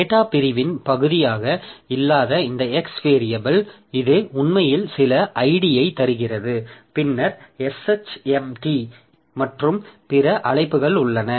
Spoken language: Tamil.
டேட்டா பிரிவின் பகுதியாக இல்லாத இந்த x வேரியபில் இது உண்மையில் சில idயைத் தருகிறது பின்னர் shmt மற்றும் பிற அழைப்புகள் உள்ளன